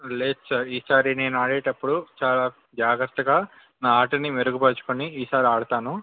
లేదు సార్ ఈ సారి నేను ఆడేటప్పుడు చాలా జాగ్రత్తగా నా ఆటని మెరుగుపరుచుకుని ఈసారి ఆడతాను